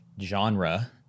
genre